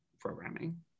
programming